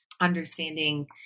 understanding